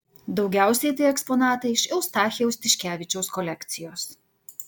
daugiausiai tai eksponatai iš eustachijaus tiškevičiaus kolekcijos